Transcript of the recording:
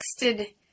texted